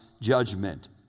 judgment